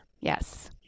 Yes